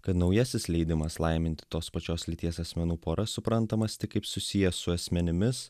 kad naujasis leidimas laiminti tos pačios lyties asmenų poras suprantamas tik kaip susijęs su asmenimis